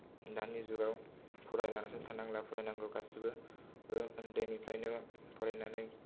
दानि जुगाव फरायालासे थानांला फरायनांगौ गासैबो उन्दैनिफ्रायनो फरायनानै